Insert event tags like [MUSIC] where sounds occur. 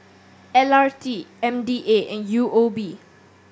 [NOISE] L R T M D A and U O B